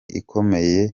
ikomeye